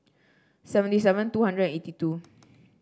seventy seven two hundred eighty two